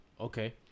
Okay